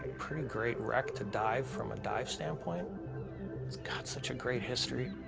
pretty great wreck to dive from a dive standpoint. it's got such a great history.